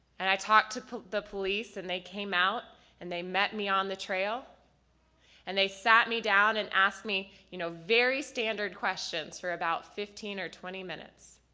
and i talked to the police and they came out and they met me on the trail and they sat me down and asked me you know very standard questions for about fifteen or twenty minutes.